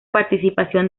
participación